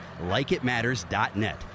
LikeItMatters.net